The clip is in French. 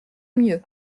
mieux